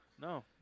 No